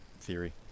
theory